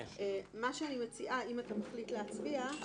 אם אתה מחליט להצביע,